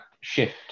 shift